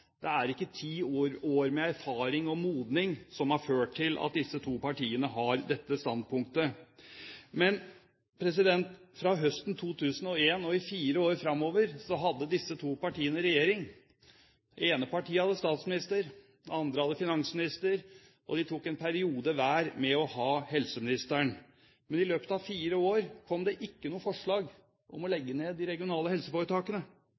det er ikke ti år med erfaring og modning som har ført til at disse to partiene har dette standpunktet. Fra høsten 2001 og i fire år framover satt disse to partiene i regjering. Det ene partiet hadde statsministeren, det andre hadde finansministeren. Og de tok én periode hver med å ha helseministeren. Men i løpet av fire år kom det ikke noe forslag om å legge ned de regionale helseforetakene.